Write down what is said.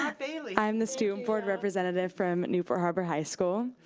ah i'm the student board representative from newport harbor high school.